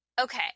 okay